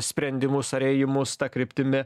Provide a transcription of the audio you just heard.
sprendimus ar ėjimus ta kryptimi